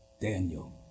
Daniel